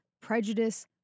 prejudice